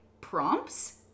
prompts